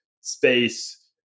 space